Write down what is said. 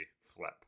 flip